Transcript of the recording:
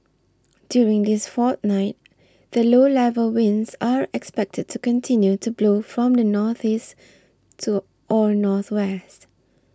during this fortnight the low level winds are expected to continue to blow from the northeast to or northwest